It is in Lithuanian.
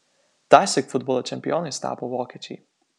tąsyk futbolo čempionais tapo vokiečiai